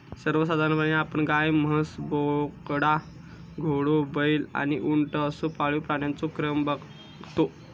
सर्वसाधारणपणे आपण गाय, म्हस, बोकडा, घोडो, बैल आणि उंट असो पाळीव प्राण्यांचो क्रम बगतो